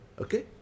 okay